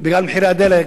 בגלל מחירי הדלק,